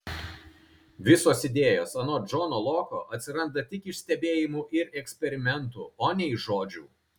visos idėjos anot džono loko atsiranda tik iš stebėjimų ir eksperimentų o ne iš žodžių